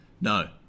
No